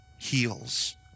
heals